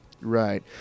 Right